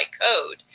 code